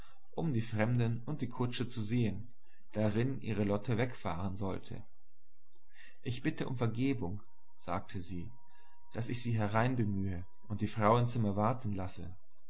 um die fremden und die kutsche zu sehen darin ihre lotte wegfahren sollte ich bitte um vergebung sagte sie daß ich sie hereinbemühe und die frauenzimmer warten lasse